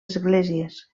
esglésies